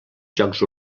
jocs